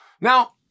Now